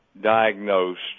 diagnosed